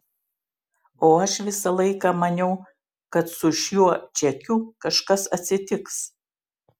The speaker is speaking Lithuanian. o aš visą laiką maniau kad su šiuo čekiu kažkas atsitiks